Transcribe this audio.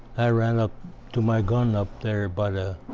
i ran up to my gun up there. but